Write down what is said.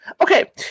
Okay